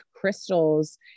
crystals